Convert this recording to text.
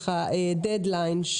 דד-ליין,